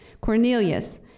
Cornelius